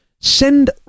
send